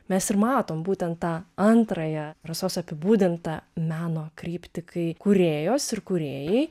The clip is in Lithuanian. mes ir matom būtent tą antrąją rasos apibūdintą meno kryptį kai kūrėjos ir kūrėjai